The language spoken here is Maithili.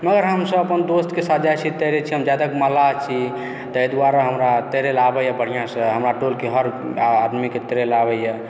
मगर हम सभ अपन दोस्तके साथ जाइत छी तैरैत छी हम जातिक मल्लाह छी ताहि दुआरे हमरा तैरय लेल आबैए बढ़िआँसँ हमरा टोलके हर आदमीके तैरय लेल आबैए